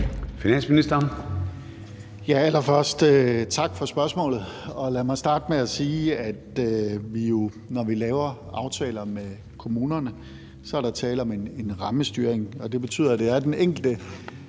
Allerførst vil jeg sige tak for spørgsmålet. Og lad mig starte med at sige, at når vi laver aftaler med kommunerne, er der tale om en rammestyring, og det betyder, at det er den enkelte